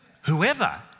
Whoever